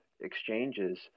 exchanges